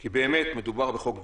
כי באמת מדובר בחוק דרקוני,